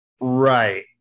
Right